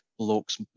blocks